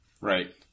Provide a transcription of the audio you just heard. Right